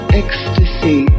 ecstasy